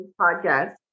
podcast